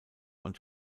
und